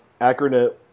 acronym